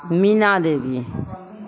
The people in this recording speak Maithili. मीना देवी